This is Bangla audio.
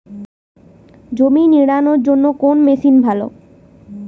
জমি নিড়ানোর জন্য কোন মেশিন ভালো?